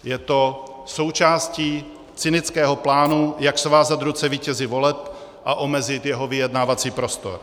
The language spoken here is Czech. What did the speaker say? Je to součástí cynického plánu, jak svázat ruce vítězi voleb a omezit jeho vyjednávací prostor.